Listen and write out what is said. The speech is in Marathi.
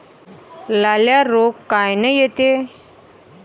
लाल्या रोग कायनं येते?